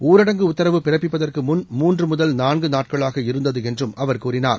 ஊரடங்கு உத்தரவு பிறப்பிப்பதற்கு முன் மூன்று முதல் நான்கு நாட்களாக இருந்தது என்றும் அவர் கூறினார்